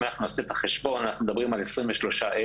אם נעשה את החשבון, אנחנו מדברים על 23 אלף